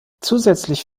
zusätzlich